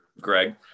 Greg